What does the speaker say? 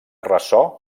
ressò